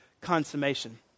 consummation